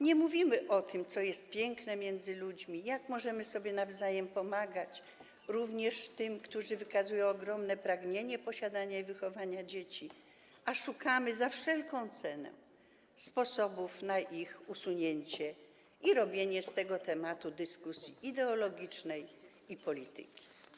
Nie mówimy o tym, co jest piękne między ludźmi, jak możemy sobie nawzajem pomagać, również tym, którzy wykazują ogromne pragnienie posiadania i wychowania dzieci, ale za wszelką cenę szukamy sposobów na ich usunięcie i robienie z tego tematu dyskusji ideologicznej i polityki.